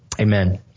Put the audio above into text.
Amen